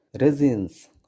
resins